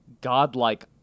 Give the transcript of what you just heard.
godlike